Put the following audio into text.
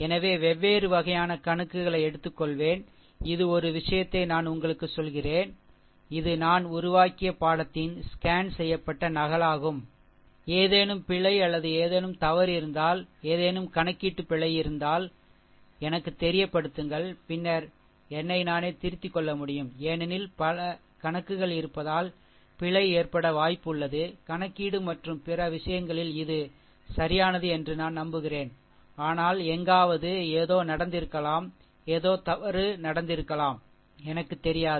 எனவே வெவ்வேறு வகையான கணக்குகளை எடுத்துக்கொள்வேன் இது ஒரு விஷயத்தை நான் உங்களுக்குச் சொல்கிறேன் இது நான் உருவாக்கிய பாடத்தின் ஸ்கேன் செய்யப்பட்ட நகலாகும் சரி ஏதேனும் பிழை அல்லது ஏதேனும் தவறு இருந்தால் ஏதேனும் கணக்கீட்டு பிழை அல்லது ஏதேனும் இருந்தால் எனக்கு தெரியப்படுத்துங்கள் பின்னர் என்னை நானே திருத்திக்கொள்ள முடியும் ஏனெனில் பல கணக்குகள் இருப்பதால் பிழை ஏற்பட வாய்ப்பு உள்ளது கணக்கீடு மற்றும் பிற விஷயங்களில் இது சரியானது என்று நான் நம்புகிறேன் ஆனால் எங்காவது ஏதோ நடந்திருக்கலாம் ஏதோ தவறு நடந்திருக்கலாம் எனக்குத் தெரியாது